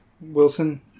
Wilson